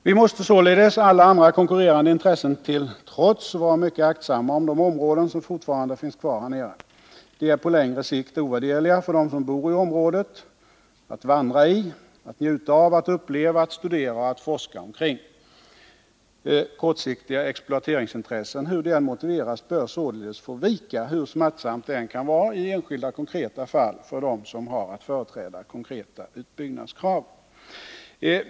Vi måste således — alla andra konkurrerande intressen till trots — vara mycket aktsamma om de områden som fortfarande finns kvar här nere. De är på längre sikt ovärderliga för dem som bor i området — att vandra i. att njuta av, att uppleva, att studera och att forska omkring. Kortsiktiga exploateringsintressen, hur de än motiveras, bör således få vika, hur smärtsamt det än kan vara i enskilda fall för dem som har att företräda konkreta utbyggnadskrav.